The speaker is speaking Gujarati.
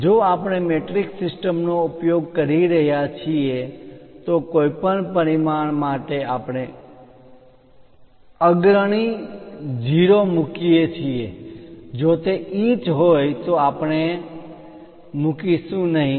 જો આપણે મેટ્રિક સિસ્ટમ નો ઉપયોગ કરી રહ્યા છીએ તો કોઈપણ પરિમાણ માટે આપણે અગ્રણી 0 મૂકીએ છીએ જો તે ઇંચ હોય તો આપણે મૂકી શું નહીં